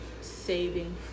saving